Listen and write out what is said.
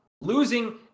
Losing